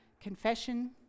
confession